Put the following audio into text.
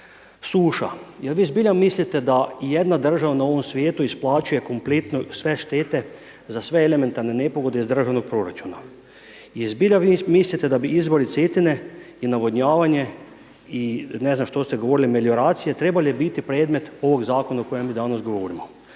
Suša jel vi zbilja mislite da ijedna država na ovom svijetu isplaćuje kompletno sve štete za sve elementarne nepogode iz državnog proračuna i zbilja vi mislite da bi izvori Cetine i navodnjavanje i ne znam što ste govorili melioracije trebale biti predmet ovog zakona o kojem mi danas govorimo.